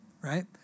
right